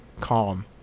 calm